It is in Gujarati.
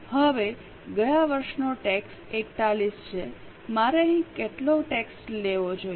હવે ગયા વર્ષનો ટેક્સ 41 છે મારે અહીં કેટલો ટેક્સ લેવો જોઈએ